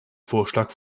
vorschlag